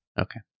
Okay